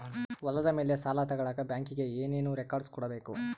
ಹೊಲದ ಮೇಲೆ ಸಾಲ ತಗಳಕ ಬ್ಯಾಂಕಿಗೆ ಏನು ಏನು ರೆಕಾರ್ಡ್ಸ್ ಕೊಡಬೇಕು?